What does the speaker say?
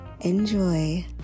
Enjoy